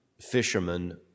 fishermen